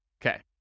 Okay